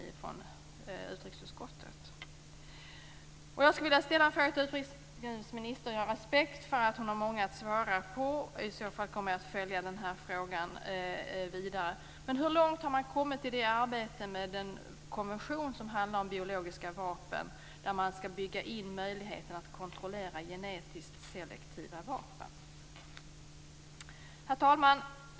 Med all respekt för att utrikesministern har många att ge svar till vill jag ändå ställa frågan, som jag kommer att fortsatt följa: Hur långt har man kommit i arbetet med den konvention som handlar om biologiska vapen där möjligheterna att kontrollera genetiskt selektiva vapen skall byggas in? Herr talman!